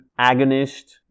agonist